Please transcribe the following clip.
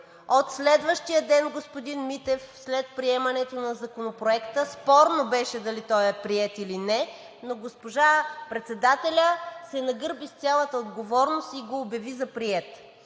от следващия ден, господин Митев, след приемането на Законопроекта. Спорно беше дали той е приет или не, но госпожа председателят се нагърби с цялата отговорност и го обяви за приет.